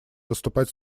выступать